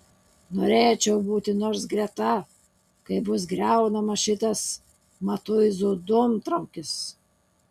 norėčiau būti nors greta kai bus griaunamas šitas matuizų dūmtraukis